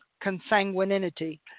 consanguinity